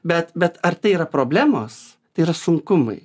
bet bet ar tai yra problemos tai yra sunkumai